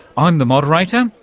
i'm the moderator,